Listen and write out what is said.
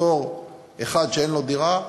בתור אחד שאין לו דירה,